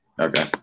Okay